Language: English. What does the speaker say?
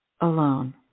alone